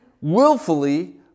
willfully